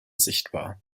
sichtbar